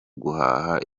guhaha